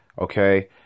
okay